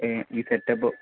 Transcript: ഈ സെറ്റബ് ബോ